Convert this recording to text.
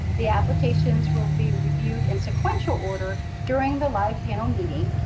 the applications will be reviewed in sequential order during the live panel meeting,